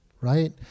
right